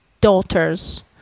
daughters